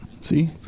See